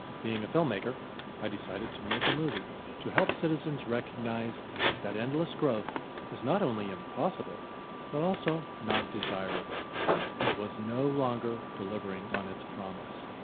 being a filmmaker i decided to make a movie to help citizens recognise that endless growth is not only impossible but also not desirable it was no longer delivering on its promise.